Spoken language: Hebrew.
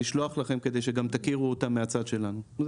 לשלוח לכם כדי שגם תכירו אותם מהצד שלנו.